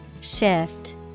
Shift